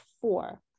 four